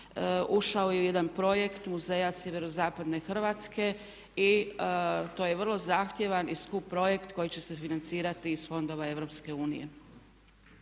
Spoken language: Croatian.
ušao je u jedan projekt muzeja sjeverozapadne Hrvatske i to je vrlo zahtjevan i skup projekt koji će se financirati iz fondova